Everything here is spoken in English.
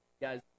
guys